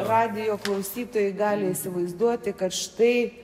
radijo klausytojai gali įsivaizduoti kad štai